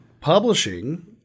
publishing –